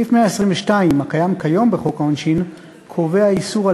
סעיף 122 הקיים כיום בחוק העונשין קובע איסור על